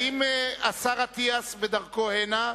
האם השר אטיאס בדרכו הנה?